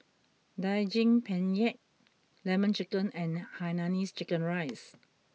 Daging Penyet Lemon Chicken and Hainanese Chicken Rice